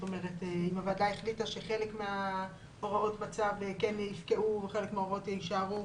אם הוועדה החליטה שחלק מההוראות בצו כן יפקעו וחלק מההוראות יישארו,